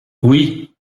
oui